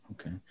Okay